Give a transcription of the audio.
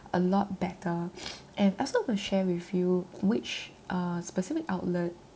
a lot better and I also want to share with you which uh specific outlet